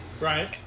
Right